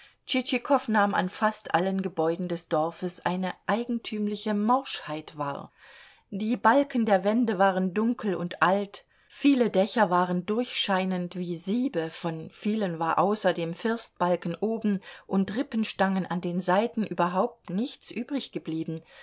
tschitschikow nahm an fast allen gebäuden des dorfes eine eigentümliche morschheit wahr die balken der wände waren dunkel und alt viele dächer waren durchscheinend wie siebe von vielen war außer dem firstbalken oben und rippenstangen an den seiten überhaupt nichts